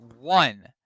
one